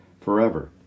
forever